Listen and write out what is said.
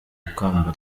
ikamba